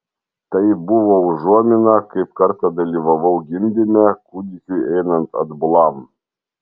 tai buvo užuomina kaip kartą dalyvavau gimdyme kūdikiui einant atbulam